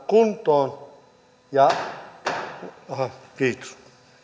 kuntoon ja aha kiitos